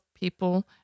people